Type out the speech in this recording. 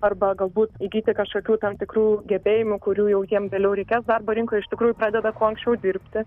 arba galbūt įgyti kažkokių tam tikrų gebėjimų kurių jau jiem vėliau reikės darbo rinkoj iš tikrųjų pradeda kuo anksčiau dirbti